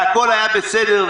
והכול היה בסדר,